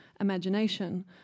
imagination